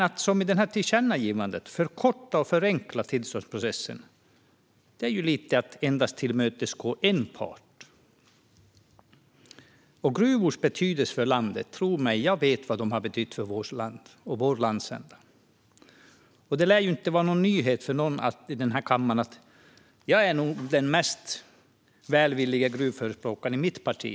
Att som i tillkännagivandet förkorta och förenkla tillståndsprocessen är ju lite att endast tillmötesgå en part. Tro mig: Jag vet vad gruvor har betytt för vårt land och vår landsända. Det lär inte vara någon nyhet för någon i denna kammare att jag nog är den mest välvillige gruvförespråkaren i mitt parti.